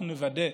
אנחנו נוודא,